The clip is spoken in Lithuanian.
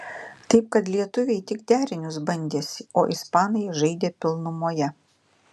taip kad lietuviai tik derinius bandėsi o ispanai žaidė pilnumoje